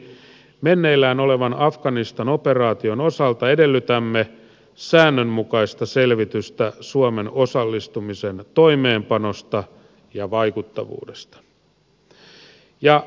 toiseksi meneillään olevan afganistan operaation osalta edellytämme säännönmukaista selvitystä suomen osallistumisen toimeenpanosta ja vaikuttavuudesta